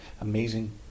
amazing